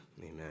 Amen